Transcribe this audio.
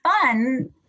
fun